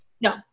no